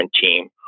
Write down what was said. team